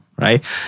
Right